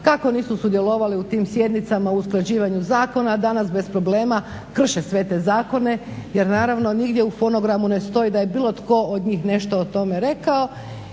Kako nisu sudjelovali u tim sjednicama u usklađivanju zakona danas bez problema krše sve te zakone jer naravno nigdje u fonogramu ne stoji da je bilo tko od njih nešto o tome rekao.